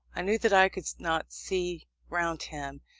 i knew that i could not see round him,